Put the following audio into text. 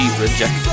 Rejected